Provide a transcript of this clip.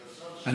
לשבת.